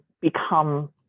become